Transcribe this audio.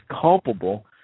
culpable